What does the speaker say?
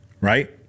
right